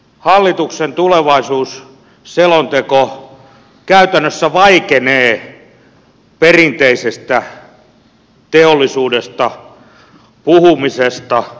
ihmettelen että hallituksen tulevaisuusselonteko käytännössä vaikenee perinteisestä teollisuudesta puhumisesta